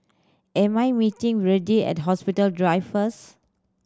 am I meeting Verdie at Hospital Drive first